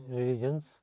religions